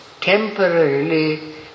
temporarily